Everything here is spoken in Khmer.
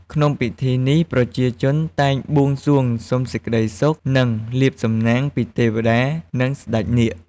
ក្នុងពិធីនេះ ប្រជាជនតែងបួងសួងសុំសេចក្តីសុខ និងលាភសំណាងពីទេវតា និង ស្តេចនាគ។